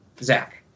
Zach